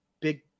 big